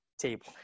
table